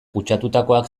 kutsatutakoak